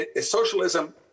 socialism